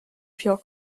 pure